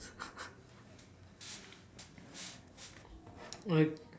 uh